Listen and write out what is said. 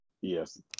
Yes